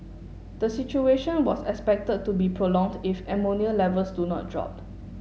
the situation was expected to be prolonged if ammonia levels do not drop